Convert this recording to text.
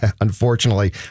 Unfortunately